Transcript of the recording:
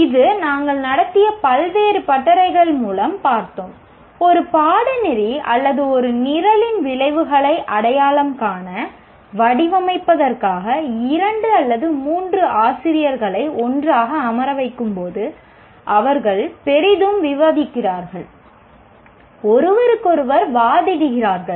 இது நாங்கள் நடத்திய பல்வேறு பட்டறைகள் மூலம் பார்த்தோம் ஒரு பாடநெறி அல்லது ஒரு நிரலின் விளைவுகளை அடையாளம் காண வடிவமைப்பதற்காக 2 அல்லது 3 ஆசிரியர்களை ஒன்றாக அமரவைக்கும்போது அவர்கள் பெரிதும் விவாதிக்கிறார்கள் ஒருவருக்கொருவர் வாதிடுகிறார்கள்